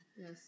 Yes